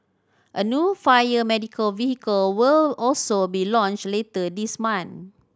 a new fire medical vehicle will also be launched later this month